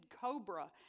cobra